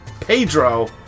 Pedro